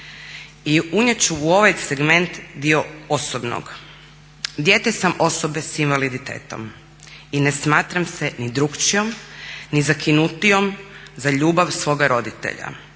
I unijet ću u ovaj segment dio osobnog. Dijete sam osobe s invaliditetom i ne smatram se ni drukčijom ni zakinutijom za ljubav svoga roditelja.